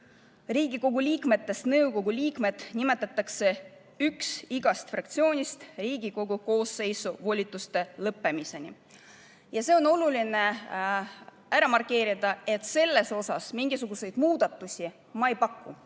Riigikogu liikmetest nõukogu liikmeteks nimetatakse üks liige igast fraktsioonist Riigikogu koosseisu volituste lõppemiseni. On oluline ära markeerida, et siin ma mingisuguseid muudatusi ei paku.